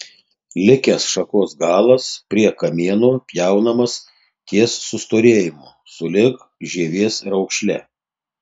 likęs šakos galas prie kamieno pjaunamas ties sustorėjimu sulig žievės raukšle